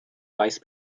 vice